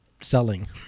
selling